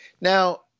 Now